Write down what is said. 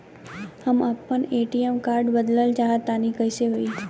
हम आपन ATM card बदलल चाह तनि कइसे होई?